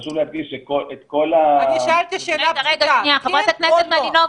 חשוב להדגיש את כל --- שאלתי שאלה פשוטה - כן או לא.